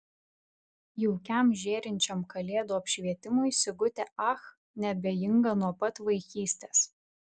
jaukiam žėrinčiam kalėdų apšvietimui sigutė ach neabejinga nuo pat vaikystės